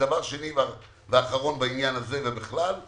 דבר שני ואחרון בעניין הזה ובכלל,